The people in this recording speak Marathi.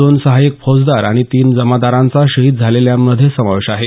दोन सहायक फौजदार आणि तीन जमादारांचा शहीद झालेल्यांत समावेश आहे